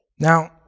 Now